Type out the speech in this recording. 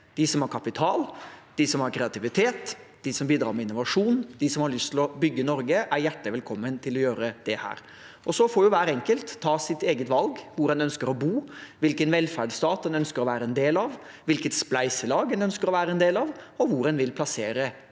de som har kapital, de som har kreativitet, de som bidrar med innovasjon, de som har lyst til å bygge Norge, er hjertelig velkommen til å gjøre det her. Så får hver enkelt ta sitt eget valg: hvor en ønsker å bo, hvilken velferdsstat en ønsker å være en del av, hvilket spleiselag en ønsker å være en del av, og hvor en vil plassere